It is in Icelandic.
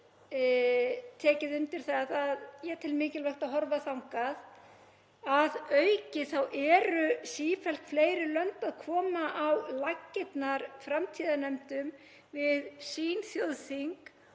tekið undir það og ég tel mikilvægt að horfa þangað. Að auki eru sífellt fleiri lönd að koma á laggirnar framtíðarnefndum við sín þjóðþing